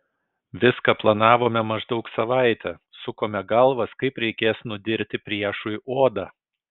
viską planavome maždaug savaitę sukome galvas kaip reikės nudirti priešui odą